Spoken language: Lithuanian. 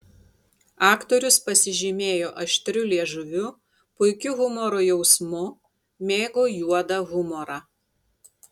aktorius pasižymėjo aštriu liežuviu puikiu humoro jausmu mėgo juodą humorą